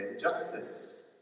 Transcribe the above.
justice